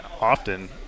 often